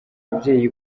ababyeyi